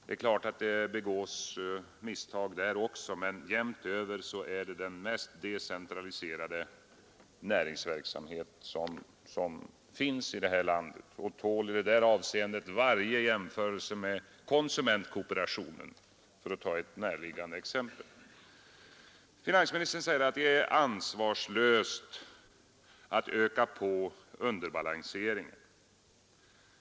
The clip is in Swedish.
Det är klart att det begås misstag där också, men jämnt över är det den mest decentraliserade näringsverksamhet som finns i det här landet, och den tål i det avseendet varje jämförelse med konsumentkooperationen, för att ta ett närliggande exempel. Finansministern säger att det är ansvarslöst att öka på underbalanseringen.